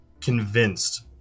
convinced